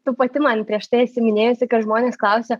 tu pati man prieš tai esi minėjusi kad žmonės klausia